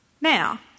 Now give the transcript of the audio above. Now